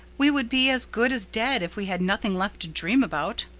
we would be as good as dead if we had nothing left to dream about.